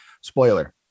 Spoiler